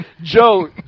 Joe